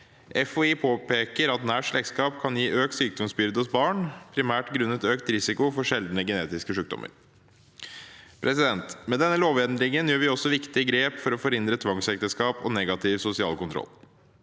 FHI påpeker at nært slektskap kan gi økt sykdomsbyrde hos barn, primært grunnet økt risiko for sjeldne genetiske sykdommer. Med denne lovendringen gjør vi også viktige grep for å forhindre tvangsekteskap og negativ sosial kontroll.